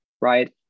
right